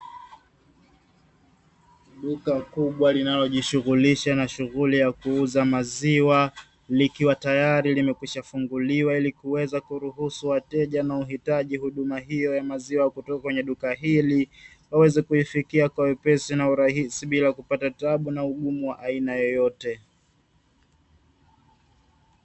Duka kubwa linalojishughulisha na shughuli ya kuuza maziwa likiwa tayari limekwisha funguliwa, ili kuweza kuruhusu wateja wanaohitaji huduma hiyo ya maziwa kutoka kwenye duka hili waweze kuifikia kwa wepesi na urahisi bila kupata taabu na ugumu wa aina yoyote.